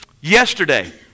Yesterday